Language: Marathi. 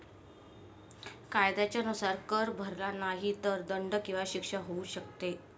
कायद्याच्या नुसार, कर भरला नाही तर दंड किंवा शिक्षा होऊ शकते